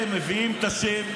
הם מביאים את השם,